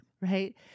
Right